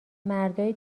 مردای